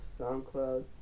SoundCloud